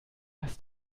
das